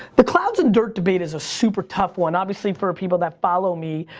the clouds and dirt debate is a super tough one. obviously for people that follow me,